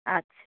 আচ্ছা